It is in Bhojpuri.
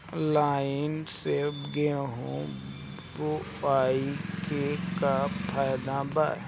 लाईन से गेहूं बोआई के का फायदा बा?